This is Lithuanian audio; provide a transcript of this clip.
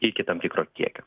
iki tam tikro kiekio